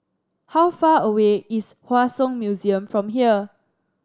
how far away is Hua Song Museum from here